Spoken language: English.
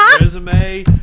resume